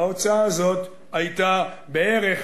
ההפרש הזה היה בערך